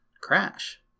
crash